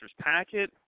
packet